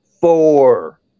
Four